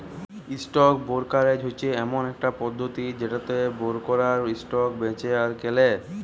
stock brokerage হচ্যে ইমন একট পধতি যেটতে বোরকাররা ইসটক বেঁচে আর কেলে